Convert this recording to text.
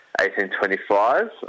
1825